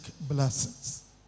blessings